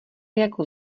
jako